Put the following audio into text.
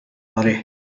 hurry